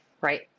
right